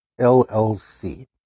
LLC